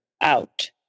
out